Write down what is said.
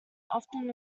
often